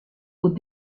aux